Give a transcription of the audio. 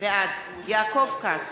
בעד יעקב כץ,